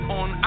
on